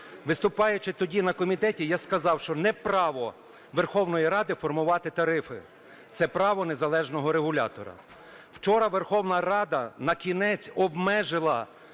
Виступаючи тоді на комітеті, я сказав, що не право Верховної Ради формувати тарифи, це право незалежного регулятора. Вчора Верховна Рада накінець обмежила